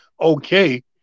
okay